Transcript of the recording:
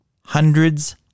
hundreds